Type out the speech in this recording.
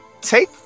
Take